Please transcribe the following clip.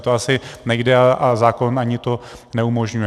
To asi nejde a zákon to ani neumožňuje.